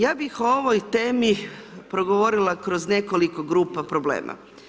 Ja bih o ovoj temi progovorila kroz nekoliko grupa problema.